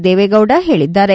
ದೇವೇಗೌಡ ಹೇಳಿದ್ದಾರೆ